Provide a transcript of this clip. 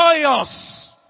joyous